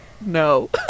no